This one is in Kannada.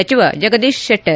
ಸಚಿವ ಜಗದೀಶ್ ಶೆಟ್ಟರ್